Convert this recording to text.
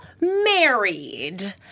married